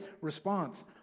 response